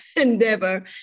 endeavor